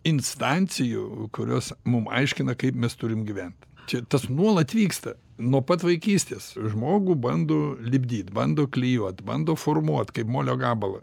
instancijų kurios mum aiškina kaip mes turim gyvent čia tas nuolat vyksta nuo pat vaikystės žmogų bando lipdyt bando klijuot bando formuot kaip molio gabalą